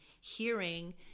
hearing